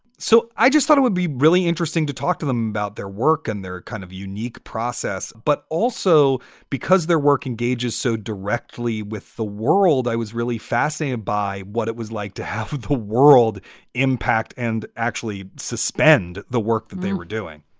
so i just thought it would be really interesting to talk to them about their work and their kind of unique process, but also because their work engages so directly with the world. i was really fascinated by what it was like to have the world impact and actually suspend the work that they were doing.